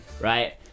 right